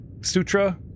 Sutra